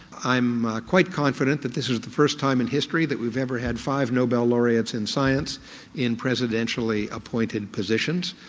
i am quite confident that this was the first time in history that we've ever had five nobel laureates in science in presidentially appointed positions.